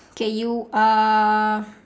okay you uh